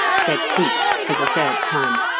said cleek for the third time.